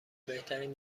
بهترین